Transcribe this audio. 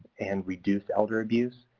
and reduce elder abuse,